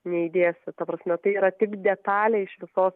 neįdėsi ta prasme tai yra tik detalė iš visos